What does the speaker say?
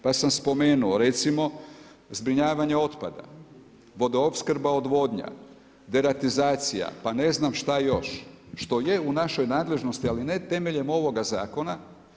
Pa sam spomenuo recimo, zbrinjavanje otpada, vodoopskrba, odvodnja, deratizacija, pa ne znam, šta još, što je u našoj nadležnosti, ali ne temeljem ovoga zakona.